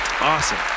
awesome